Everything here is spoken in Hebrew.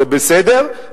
זה בסדר,